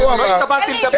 --- עם כל הכבוד,